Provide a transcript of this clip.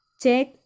check